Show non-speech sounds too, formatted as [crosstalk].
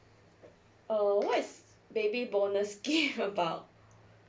oh what is baby bonus scheme [noise] about